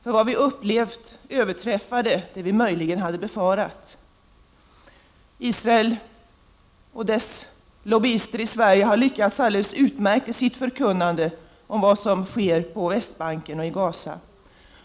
Det som vi upplevt överträffade det vi möjligen hade befarat. Israel, och dess lobbyister i Sverige, har lyckats alldeles utmärkt i sitt förkunnande om vad som sker på Västbanken och i Gaza.